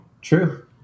True